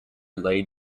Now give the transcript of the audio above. laid